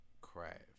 craft